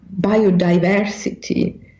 biodiversity